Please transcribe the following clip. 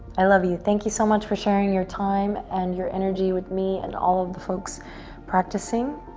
i love you. thank you so much for sharing your time and your energy with me and all of the folks practicing.